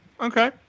Okay